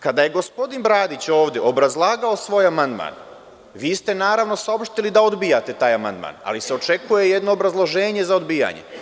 Kada je gospodin Bradić ovde obrazlagao svoj amandman, vi ste naravno saopštili da odbijate taj amandman, ali se očekuje jedno obrazloženje za odbijanje.